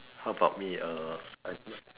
how about me uh I not